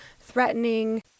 threatening